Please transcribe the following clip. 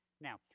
Now